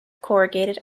corrugated